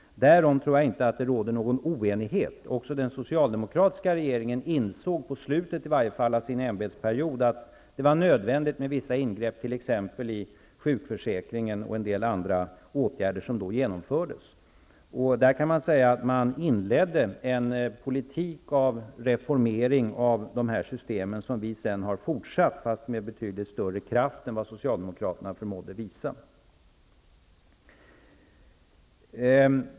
Därom tror jag inte att det råder någon oenighet. Också den socialdemokratiska regeringen insåg -- åtminstone mot slutet av sin ämbetsperiod -- att det var nödvändigt med vissa ingrepp i t.ex. sjukförsäkringen, och även en del andra åtgärder genomfördes. Då inleddes en politik av reformering av dessa system, som vi sedan har fortsatt -- fast med betydligt större kraft än vad Socialdemokraterna förmådde visa.